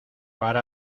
para